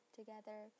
together